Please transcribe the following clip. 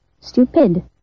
Stupid